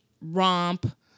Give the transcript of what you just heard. romp